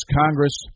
Congress